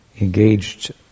engaged